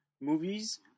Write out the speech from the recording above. movies